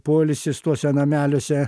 poilsis tuose nameliuose